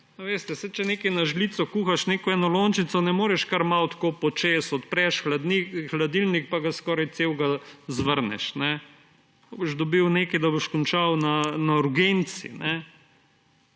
Veste, če nekaj na žlico kuhaš, neko enolončnico, ne moreš kar malo tako počez, odpreš hladilnik pa ga skoraj celega zvrneš. Pa boš dobil nekaj, da boš končal na urgenci.